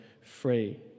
free